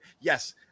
Yes